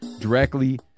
directly